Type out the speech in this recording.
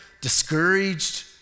discouraged